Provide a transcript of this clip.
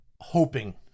Hoping